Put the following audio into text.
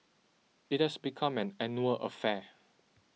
it has become an annual affair